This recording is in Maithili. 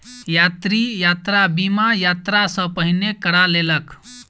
यात्री, यात्रा बीमा, यात्रा सॅ पहिने करा लेलक